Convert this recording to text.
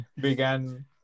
began